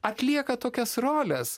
atlieka tokias roles